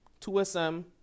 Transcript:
2SM